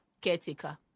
caretaker